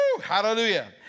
Hallelujah